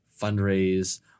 Fundraise